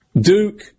Duke